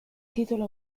titolo